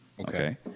Okay